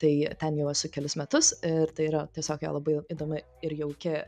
tai ten jau esu kelis metus ir tai yra tiesiog jo labai įdomi ir jauki